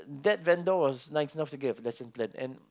that vendor was nice enough to get a lesson plan and